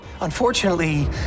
Unfortunately